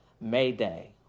Mayday